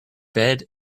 bed